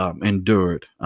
endured